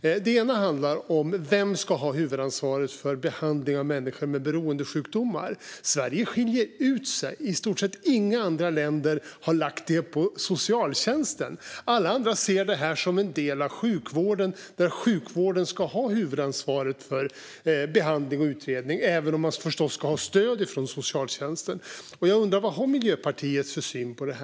Den ena handlar om: Vem ska ha huvudansvaret för behandling av människor med beroendesjukdomar? Sverige skiljer ut sig. I stort sett inga andra länder har lagt det på socialtjänsten. Alla andra ser det som en del av sjukvården där sjukvården ska ha huvudansvaret för behandling och utredning, även om man förstås ska ha stöd från socialtjänsten. Jag undrar: Vad har Miljöpartiet för syn på det?